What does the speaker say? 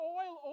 oil